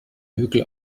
hügel